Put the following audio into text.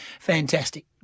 fantastic